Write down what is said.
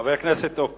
חבר הכנסת אקוניס,